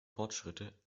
fortschritte